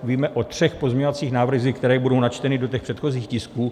Víme o třech pozměňovacích návrzích, které budou načteny do předchozích tisků.